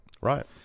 Right